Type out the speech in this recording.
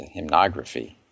hymnography